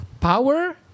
power